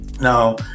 Now